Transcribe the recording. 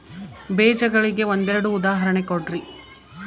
ಬೇಜಗಳಿಗೆ ಒಂದೆರಡು ಉದಾಹರಣೆ ಕೊಡ್ರಿ?